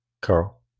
Carl